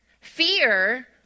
Fear